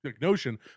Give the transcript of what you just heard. notion